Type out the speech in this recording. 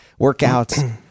workouts